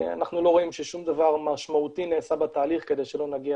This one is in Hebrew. אנחנו לא רואים ששום דבר משמעותי נעשה בתהליך כדי שלא נגיע